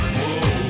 whoa